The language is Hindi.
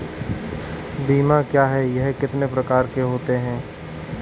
बीमा क्या है यह कितने प्रकार के होते हैं?